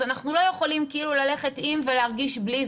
אז אנחנו לא יכולים כאילו ללכת עם ולהרגיש בלי,